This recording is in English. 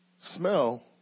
Smell